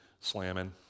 slamming